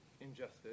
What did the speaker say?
injustice